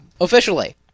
officially